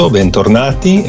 bentornati